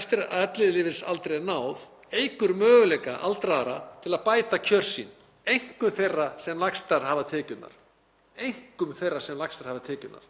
eftir að ellilífeyrisaldri er náð eykur möguleika aldraðra til að bæta kjör sín, einkum þeirra sem lægstar hafa tekjurnar.